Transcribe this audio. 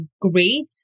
great